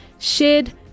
Shared